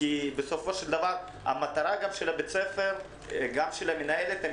בסופו של דבר המטרה של בית הספר ושל המנהלת הם